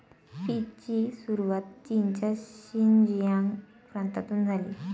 पीचची सुरुवात चीनच्या शिनजियांग प्रांतातून झाली